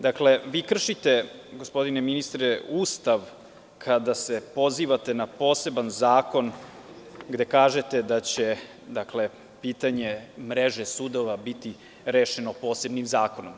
Dakle, vi kršite, gospodine ministre Ustav kada se pozivate na poseban zakon gde kažete da će pitanje mreže sudova biti rešeno posebnim zakonom.